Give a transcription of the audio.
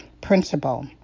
principle